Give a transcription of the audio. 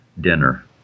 dinner